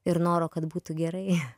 ir noro kad būtų gerai